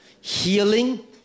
Healing